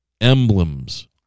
emblems